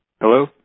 Hello